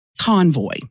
convoy